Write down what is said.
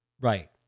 Right